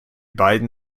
beiden